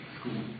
school